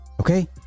okay